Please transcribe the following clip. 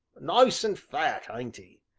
nice and fat, ain't e?